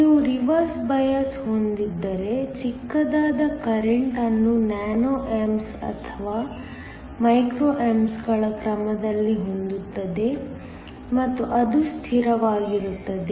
ನೀವು reverse bias ಹೊಂದಿದ್ದರೆ ಚಿಕ್ಕದಾದ ಕರೆಂಟ್ಅನ್ನು ನ್ಯಾನೊ ಆಂಪ್ಸ್ ಅಥವಾ ಮೈಕ್ರೋ ಆಂಪ್ಸ್ಗಳ ಕ್ರಮದಲ್ಲಿ ಹೊಂದುತ್ತದೆ ಮತ್ತು ಅದು ಸ್ಥಿರವಾಗಿರುತ್ತದೆ